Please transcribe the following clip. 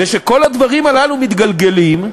וכשכל הדברים הללו מתגלגלים,